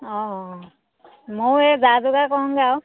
অঁ ময়ো এই যা যোগাৰ কৰোঁগৈ আৰু